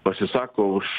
pasisako už